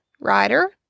writer